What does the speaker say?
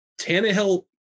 Tannehill